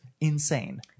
insane